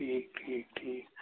ٹھیٖک ٹھیٖک ٹھیٖک